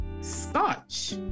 scotch